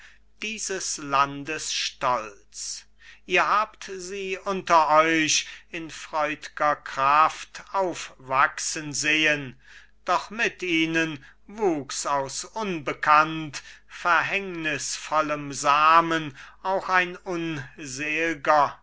dieses landes stolz ihr habt sie unter euch in freud'ger kraft aufwachsen sehen doch mit ihnen wuchs aus unbekannt verhängnißvollem samen auch ein